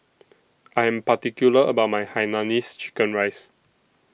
I Am particular about My Hainanese Chicken Rice